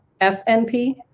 FNP